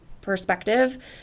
perspective